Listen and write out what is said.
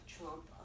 Trump